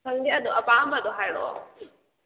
ꯈꯪꯗꯦ ꯑꯗꯣ ꯑꯄꯥꯝꯕꯗꯣ ꯍꯥꯏꯔꯛꯑꯣ